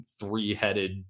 three-headed